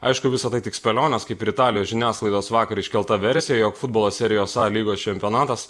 aišku visa tai tik spėlionės kaip ir italijos žiniasklaidos vakar iškelta versija jog futbolo serijos a lygos čempionatas